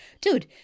Dude